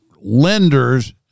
lenders –